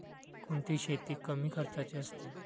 कोणती शेती कमी खर्चाची असते?